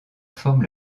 forme